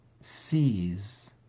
sees